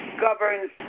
governs